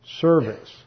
service